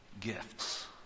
gifts